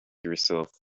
yourself